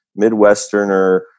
Midwesterner